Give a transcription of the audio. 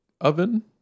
oven